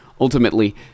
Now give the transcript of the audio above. Ultimately